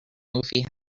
movie